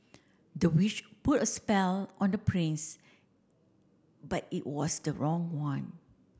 the witch put a spell on the prince but it was the wrong one